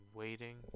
waiting